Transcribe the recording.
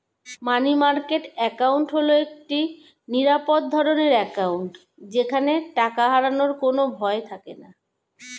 মানি market account হল একটি নিরাপদ ধরনের অ্যাকাউন্ট যেখানে টাকা হারানোর কোনো ভয় থাকেনা